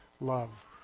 love